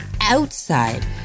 outside